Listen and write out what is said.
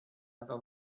efo